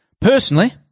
Personally